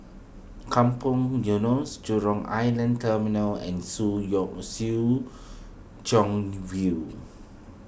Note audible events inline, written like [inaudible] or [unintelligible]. Kampong Eunos Jurong Island Terminal and Soo [unintelligible] Soo Chow View